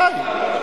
בוודאי,